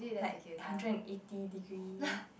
like hundred and eighty degree